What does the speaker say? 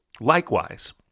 Likewise